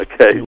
Okay